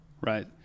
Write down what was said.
Right